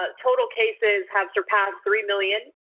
ah total cases have surpassed three million.